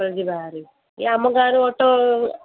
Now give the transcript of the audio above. ଅଟୋରେ ଯିବା ହେରି ଏ ଆମ ଗାଁ ରୁ ଅଟୋ